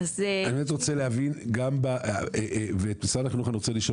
את משרד החינוך אני רוצה לשאול